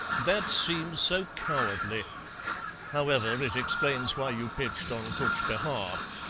that seems so cowardly however, it explains why you pitched on cutch behar.